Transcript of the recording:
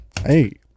Hey